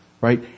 right